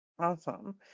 Awesome